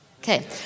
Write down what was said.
Okay